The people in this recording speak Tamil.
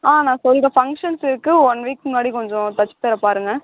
ஆ நான் சொல்லுறேன் ஃபங்க்ஷன்ஸ் இருக்கு ஒன் வீக் முன்னாடி கொஞ்சம் தச்சித் தரப் பாருங்கள்